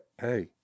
Hey